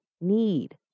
need